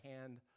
hand